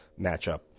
matchup